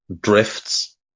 drifts